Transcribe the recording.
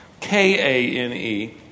K-A-N-E